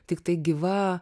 tiktai gyva